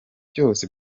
byose